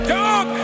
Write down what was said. dog